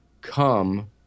come